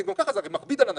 הרי גם כך זה מכביד על אנשים.